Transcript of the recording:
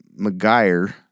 McGuire